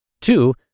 Two